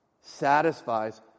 satisfies